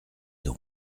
donc